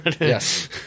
Yes